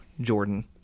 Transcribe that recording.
Jordan